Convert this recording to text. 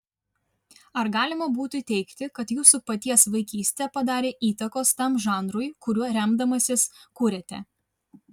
ar galima būtų teigti kad jūsų paties vaikystė padarė įtakos tam žanrui kuriuo remdamasis kuriate